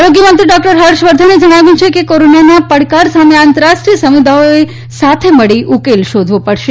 આરોગ્ય મંત્રી ડોકટર હર્ષવર્ધને જણાવ્યું કે કોરોનાના પડકાર સામે આંતરરાષ્ટ્રીય સમુદાયોએ સાથે મળી ઉકેલ શોધવુ પડશે